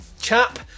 chap